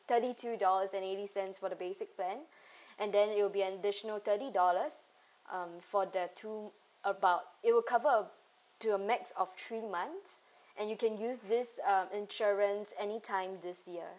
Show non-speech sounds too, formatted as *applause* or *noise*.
thirty two dollars and eighty cents for the basic plan *breath* and then it'll be an additional thirty dollars um for the two about it will cover uh to a max of three months and you can use this uh insurance anytime this year